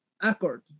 Accord